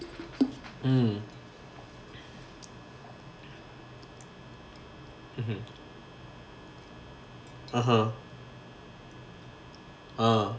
mm mmhmm (uh huh) uh